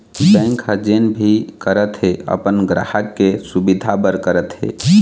bank ह जेन भी करत हे अपन गराहक के सुबिधा बर करत हे